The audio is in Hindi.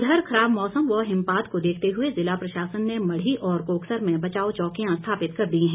उधर खराब मौसम व हिमपात को देखते हुए ज़िला प्रशासन ने मढ़ी और कोकसर में बचाव चौकियां स्थापित कर दी है